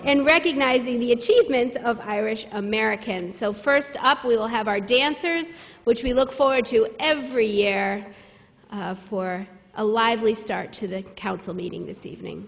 and recognizing the achievements of irish americans so first up we will have our dancers which we look forward to every year for a lively start to the council meeting this evening